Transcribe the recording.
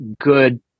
good